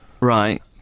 Right